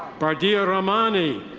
bardia ramani.